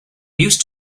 used